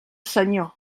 senyor